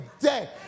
day